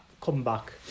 comeback